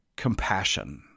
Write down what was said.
compassion